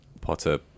Potter